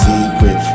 Secret